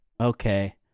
Okay